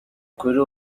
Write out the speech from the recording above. kuri